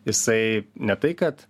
jisai ne tai kad